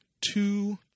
Two